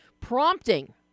prompting